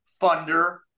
funder